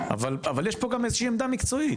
אבל יש פה גם עמדה מקצועית.